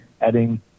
adding